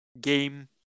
game